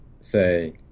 say